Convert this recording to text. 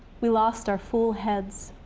we lost our fool heads.